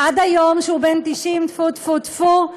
עד היום, כשהוא בן 90, טפו, טפו,